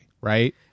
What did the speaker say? Right